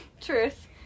Truth